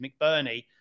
McBurney